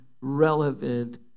relevant